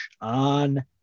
on